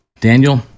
Daniel